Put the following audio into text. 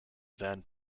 van